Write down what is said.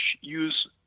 use